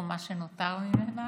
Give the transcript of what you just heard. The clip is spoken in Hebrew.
או מה שנותר ממנה,